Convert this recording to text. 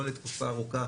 לא לתקופה ארוכה,